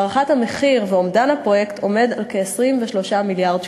3. הערכת המחיר ואומדן הפרויקט עומדים על כ-23 מיליארד שקלים.